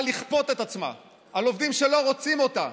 לכפות את עצמה על עובדים שלא רוצים אותה,